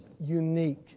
unique